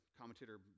commentator